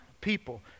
people